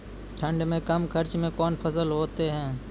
ठंड मे कम खर्च मे कौन फसल होते हैं?